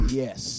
yes